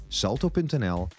salto.nl